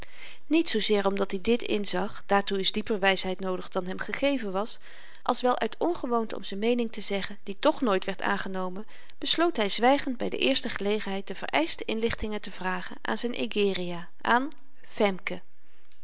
niet zoozeer omdat i dit inzag daartoe is dieper wysheid noodig dan hem gegeven was als wel uit ongewoonte om z'n meening te zeggen die toch nooit werd aangenomen besloot hy zwygend by de eerste gelegenheid de vereischte inlichtingen te vragen aan z'n egeria aan femke